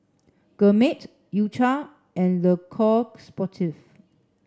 Gourmet U cha and Le Coq Sportif